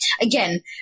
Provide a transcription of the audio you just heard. Again